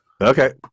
Okay